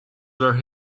were